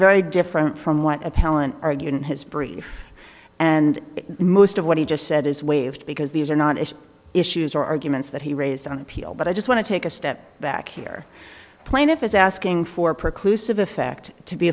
very different from what appellant argued in his brief and most of what he just said is waived because these are not as issues are arguments that he raised on appeal but i just want to take a step back here plaintiff is asking for precludes of a fact to be